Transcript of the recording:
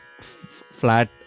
flat